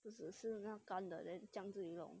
就只是那干的 then 酱自己弄